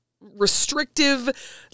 restrictive